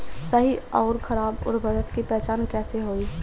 सही अउर खराब उर्बरक के पहचान कैसे होई?